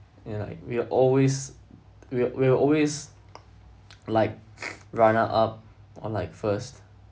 yeah like we're always we're we're always like runner-up or like first